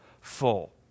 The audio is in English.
full